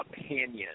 opinion